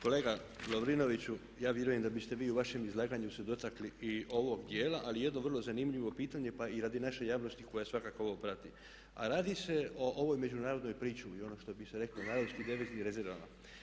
Kolega Lovrinoviću ja vjerujem da biste vi u vašem izlaganju se dotakli i ovog dijela ali jedno vrlo zanimljivo pitanje pa i radi naše javnosti koja svakako ovo prati, a radi se o ovoj međunarodnoj pričuvi i ono što bi se reklo najezdi deviznim rezervama.